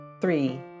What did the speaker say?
three